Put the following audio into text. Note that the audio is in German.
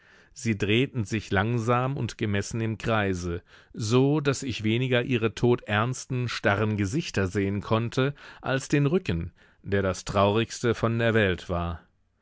sie drehten sich langsam und gemessen im kreise so daß ich weniger ihre toternsten starren gesichter sehen konnte als den rücken der das traurigste von der welt war